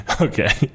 Okay